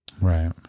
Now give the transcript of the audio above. Right